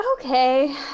Okay